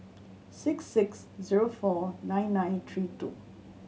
six six zero four nine nine three two